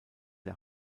der